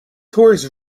tours